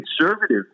conservative